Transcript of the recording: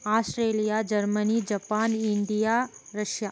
Australia Germany Japan India Russia